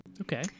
Okay